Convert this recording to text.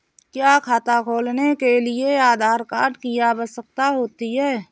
क्या खाता खोलने के लिए आधार कार्ड की आवश्यकता होती है?